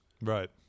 Right